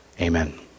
Amen